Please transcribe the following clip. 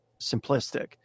simplistic